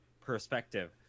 perspective